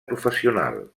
professional